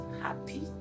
happy